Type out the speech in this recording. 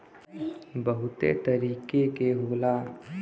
बहुते तरीके के होला